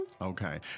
Okay